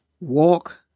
walk